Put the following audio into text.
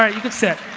ah you can sit,